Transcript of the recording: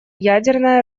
ядерное